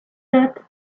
that